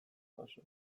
paso